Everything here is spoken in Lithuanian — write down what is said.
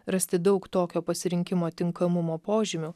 rasti daug tokio pasirinkimo tinkamumo požymių